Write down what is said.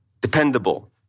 dependable